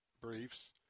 briefs